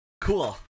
Cool